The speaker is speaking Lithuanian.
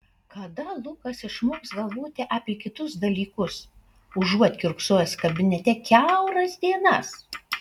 kada lukas išmoks galvoti apie kitus dalykus užuot kiurksojęs kabinete kiauras dienas